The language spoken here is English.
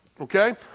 okay